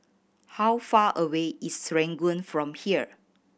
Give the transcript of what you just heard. how far away is Serangoon from here